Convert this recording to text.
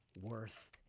Worth